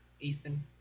Easton